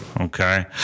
Okay